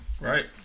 right